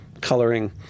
coloring